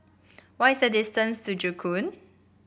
what is the distance to Joo Koon